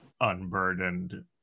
unburdened